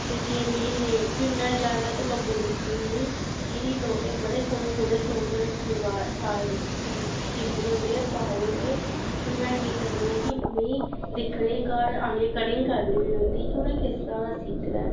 ते जे मिगी नेईं फिर में ज्यादातर ते लोकें दिक्खनी होन्नी कि लोकें बड़े सोह्ने सोह्ने सूट सलवाए सेआए दे सीत सीते दे होंदे पाए दे होंदे फिर में केह् करनी आं कि उ'नेंगी दिक्खने घर आनियै कटिंग करनी होन्नी उं'दी कि उ'नें किस स्हाबै दा सीते दा ऐ